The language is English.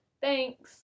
thanks